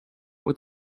with